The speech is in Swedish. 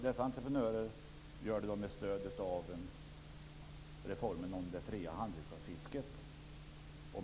Dessa entreprenörer gör det med stöd av reformen om det fria handredskapsfisket.